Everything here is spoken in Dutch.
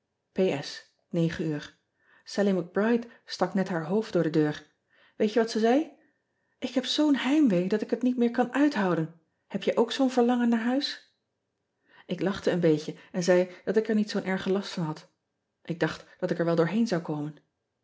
allie c ride stak net haar hoofd door de deur eet je wat ze zei k heb zoo n heimwee dat ik het niet meer kan uithouden eb jij ook zoo n verlangen naar huis k lachte een beetje en zei dat ik er niet zoo n erge last van had k dacht dat ik er wel doorheen zou komen